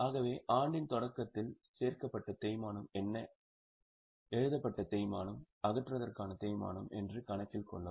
ஆகவே ஆண்டின் தொடக்கத்தில் சேர்க்கப்பட்ட தேய்மானம் என்ன எழுதப்பட்ட தேய்மானம் அகற்றுவதற்கான தேய்மானம் என்று கணக்கில்கொள்ளவும்